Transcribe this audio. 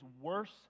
worse